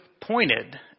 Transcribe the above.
pointed